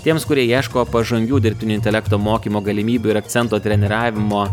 tiems kurie ieško pažangių dirbtinio intelekto mokymo galimybių ir akcento treniravimo